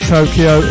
Tokyo